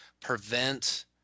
prevent